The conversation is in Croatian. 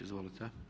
Izvolite.